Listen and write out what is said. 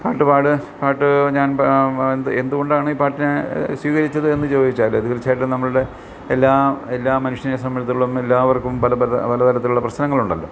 പാട്ട് പാടുക പാട്ട് ഞാൻ എന്ത് കൊണ്ടാണ് ഈ പാട്ടിനെ സ്വീകരിച്ചതെന്ന് ചോദിച്ചാല് തീർച്ചയായിട്ടും നമ്മളുടെ എല്ലാം എല്ലാ മനുഷ്യനെ സംബന്ധിച്ചിടത്തോളം എല്ലാവർക്കും പല പല പല തരത്തിലുള്ള പ്രശ്ങ്ങളുണ്ടല്ലോ